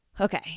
okay